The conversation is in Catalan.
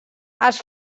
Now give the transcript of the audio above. els